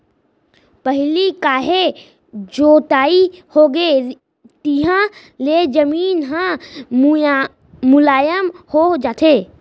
पहिली काहे जोताई होगे तिहाँ ले जमीन ह मुलायम हो जाथे